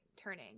turning